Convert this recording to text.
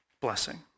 blessing